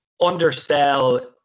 undersell